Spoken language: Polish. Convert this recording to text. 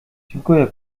dziękuję